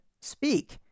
Speak